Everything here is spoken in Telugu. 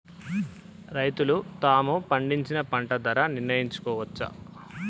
రైతులు తాము పండించిన పంట ధర నిర్ణయించుకోవచ్చా?